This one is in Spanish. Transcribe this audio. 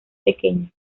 pequeña